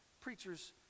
preachers